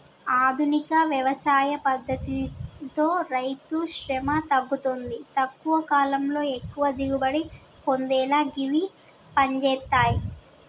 ఆధునిక వ్యవసాయ పద్దతితో రైతుశ్రమ తగ్గుతుంది తక్కువ కాలంలో ఎక్కువ దిగుబడి పొందేలా గివి పంజేత్తయ్